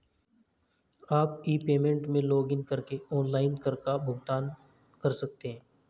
आप e payment में login करके ऑनलाइन कर का भुगतान कर सकते हैं